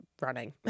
running